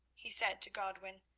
he said to godwin.